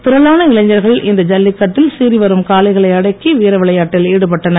திரளான இளுர்கள் இந்த ஜல்லிகட்டில் சீறிவரும் காளைகளை அடக்கி வீர விளையாட்டில் ஈடுபட்டனர்